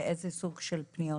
ואיזה סוג של פניות.